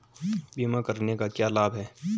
बीमा करने के क्या क्या लाभ हैं?